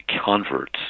converts